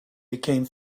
became